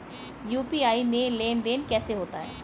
UPI में लेनदेन कैसे होता है?